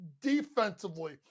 Defensively